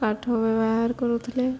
କାଠ ବ୍ୟବହାର କରୁଥିଲେ